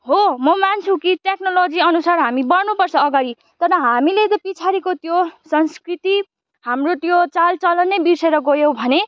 हो म मान्छु कि टेक्नोलोजि अनुसार हामी बढ्नु पर्छ अगाडि तर हामीले त पछाडिको त्यो संस्कृति हाम्रो त्यो चालचलनै बिर्सेर गयौँ भने